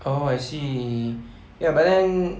oh I see ya but then